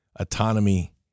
autonomy